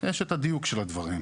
יש את הדיוק של הדברים.